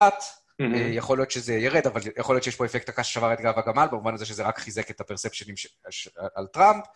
יכול להיות שזה ירד, אבל יכול להיות שיש פה אפקט הקש ששבר את גב הגמל במובן הזה שזה רק חיזק את הפרספצ'ינים על טראמפ.